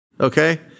Okay